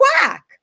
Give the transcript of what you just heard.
quack